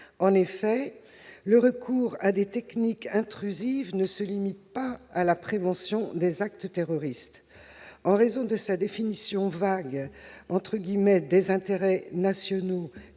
En effet, le recours à des techniques intrusives ne se limite pas à la prévention des actes terroristes. En raison de sa définition vague des « intérêts nationaux